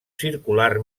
circular